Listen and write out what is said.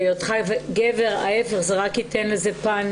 שהיותך גבר, ההיפך, זה רק ייתן איזה פן